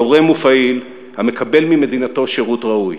תורם ופעיל המקבל ממדינתו שירות ראוי,